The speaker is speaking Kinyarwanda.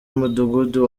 w’umudugudu